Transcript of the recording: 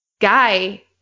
guy